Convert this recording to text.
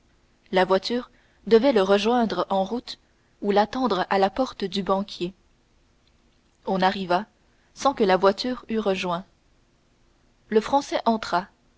la voiture devait le rejoindre en route ou l'attendre à la porte du banquier on arriva sans que la voiture eût rejoint le français entra